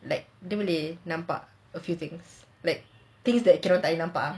like dia boleh nampak a few things like things that you cannot kita orang tak boleh nampak ah